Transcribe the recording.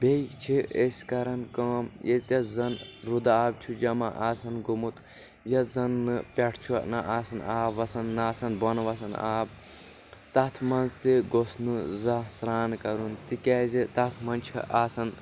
بیٚیہِ چھ أسۍ کران کأم ییٚتٮ۪تھ زن روٗدٕ آب چھ جمع آسان گوٚمُت یتھ زن نہٕ پٮ۪ٹھ چھُ نہٕ آسان آب وسان نَہ آسان بۄن وسان آب تَتھ منٛز تہِ گوٚژھ نہٕ زانٛہہ سرٛان کرُن تِکیٛازِ تَتھ منٛز چھ آسان